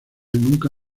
nunca